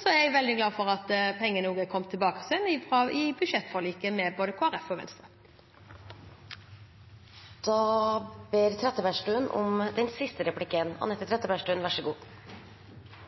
Jeg er veldig glad for at pengene også er kommet tilbake i budsjettforliket med både Kristelig Folkeparti og Venstre.